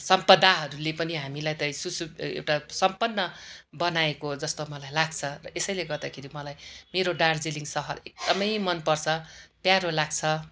सम्पदाहरूले पनि हामीलाई त सुसुभ् एउटा सम्पन्न बनाएको जस्तो मलाई लाग्छ यसैले गर्दाखेरि मलाई मेरो दार्जिलिङ सहर एकदमै मनपर्छ प्यारो लाग्छ